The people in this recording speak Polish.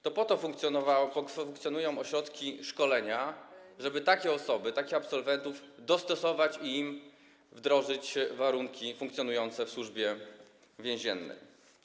To po to funkcjonują ośrodki szkolenia, żeby takie osoby, takich absolwentów dostosować i im wdrożyć warunki funkcjonujące w Służbie Więziennej.